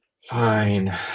fine